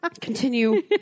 Continue